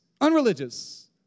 unreligious